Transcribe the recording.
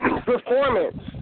performance